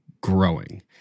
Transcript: growing